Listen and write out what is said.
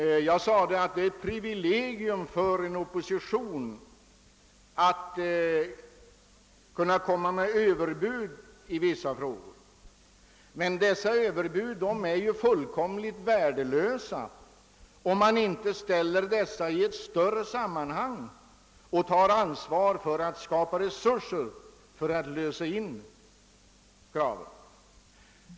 Jag sade att det är ett privilegium för en Oopposition att-kunna: föra fram Ööverbud i vissa frågor. Men dessa överbud är ju fullkomligt värdelösa om man sätter in dem i ett större sammanhang och tar ansvaret för att skapa resurser för att realisera kraven.